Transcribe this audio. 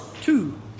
two